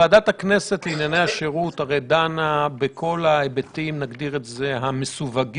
ועדת הכנסת לענייני השירות דנה בכל ההיבטים המסווגים